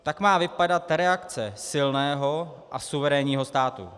Tak má vypadat reakce silného a suverénního státu.